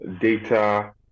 data